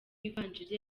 ivanjili